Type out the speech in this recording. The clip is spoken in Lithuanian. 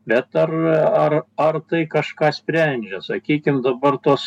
bet ar ar ar tai kažką sprendžia sakykime dabar tos